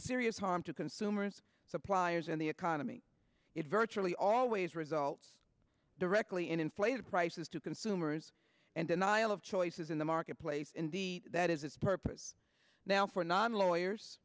serious harm to consumers suppliers in the economy it virtually always results directly in inflated prices to consumers and denial of choices in the marketplace in the that is its purpose now for non lawyers